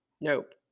Nope